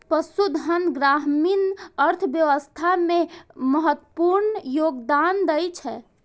पशुधन ग्रामीण अर्थव्यवस्था मे महत्वपूर्ण योगदान दै छै